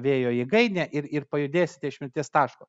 vėjo jėgainė ir ir pajudėsite iš mirties taško